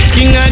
King